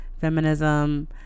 feminism